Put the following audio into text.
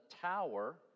tower